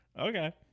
Okay